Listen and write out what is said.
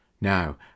Now